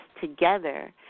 together